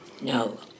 No